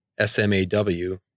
SMAW